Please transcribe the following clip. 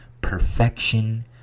perfection